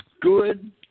good